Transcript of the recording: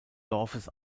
dorfes